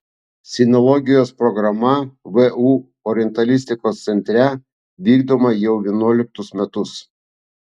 sinologijos programa vu orientalistikos centre vykdoma jau vienuoliktus metus